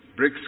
BRICS